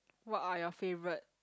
what are your favourite